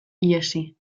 ihesi